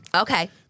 Okay